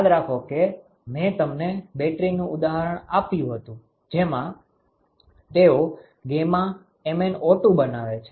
યાદ રાખો કે મેં તમને બેટરીનું ઉદાહરણ આપ્યું હતું જેમાં તેઓ MnO2 બનાવે છે